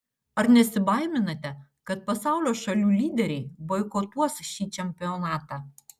ar nesibaiminate kad pasaulio šalių lyderiai boikotuos šį čempionatą